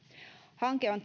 hanke on